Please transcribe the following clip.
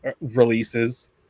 releases